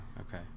okay